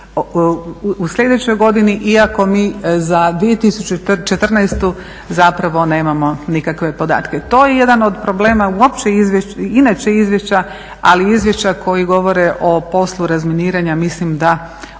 u sljedećoj godini iako mi za 2014. zapravo nemao nikakve podatke. To je jedan od problema uopće inače izvješća, ali izvješća koji govore o poslu razminiranja mislim da osobito